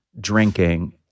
drinking